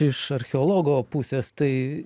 iš archeologo pusės tai